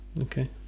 Okay